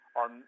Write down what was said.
on